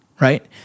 right